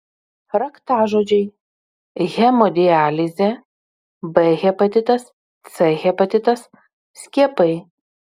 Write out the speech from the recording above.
raktažodžiai hemodializė b hepatitas c hepatitas skiepai